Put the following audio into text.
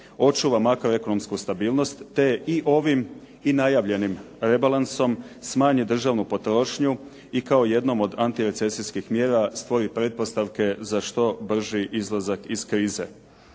očuva makroekonomsku stabilnost, te i ovim i najavljenim rebalansom smanje državnu potrošnju i kao jednom od antirecesijskih mjera stvori pretpostavke za što brži izlazak iz krize.